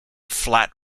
flat